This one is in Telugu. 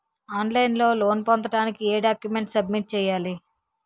ఆన్ లైన్ లో లోన్ పొందటానికి ఎం డాక్యుమెంట్స్ సబ్మిట్ చేయాలి?